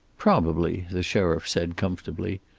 probably, the sheriff said, comfortably.